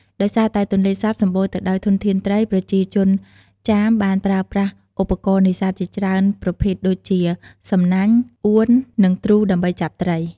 ដោយសារតែទន្លេសាបសម្បូរទៅដោយធនធានត្រី ប្រជាជនចាមបានប្រើប្រាស់ឧបករណ៍នេសាទជាច្រើនប្រភេទដូចជា សំណាញ់ អួន និងទ្រូ ដើម្បីចាប់ត្រី។